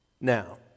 Now